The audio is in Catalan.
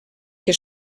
que